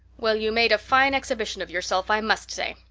well, you made a fine exhibition of yourself i must say.